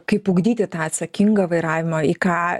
kaip ugdyti tą atsakingą vairavimą į ką